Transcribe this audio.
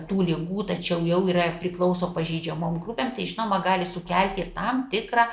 tų ligų tačiau jau yra priklauso pažeidžiamom grupėm tai žinoma gali sukelti ir tam tikrą